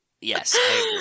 Yes